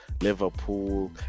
Liverpool